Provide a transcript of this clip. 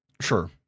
Sure